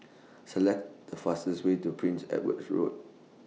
Select The fastest Way to Prince Edward's Road